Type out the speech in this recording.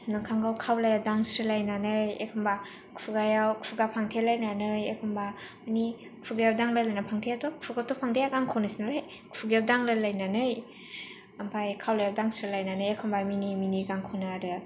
मोखांखौ खावलायाव दांस्रोलायनानै एखमबा खुगायाव खुगा फांथेलायनानै एखमबा मानि खुगायाव दांलायलायनानै फांथेयाथ खुगाखौथ फांथेया गान खनोसो नालाय खुगायाव दांलायलायनानै आमफाय खावलायाव दांस्रोलायनानै एखमबा मिनि मिनि गान खनो आरो